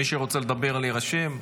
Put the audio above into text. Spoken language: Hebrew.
מי שרוצה לדבר, להירשם.